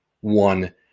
one